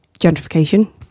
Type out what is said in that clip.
gentrification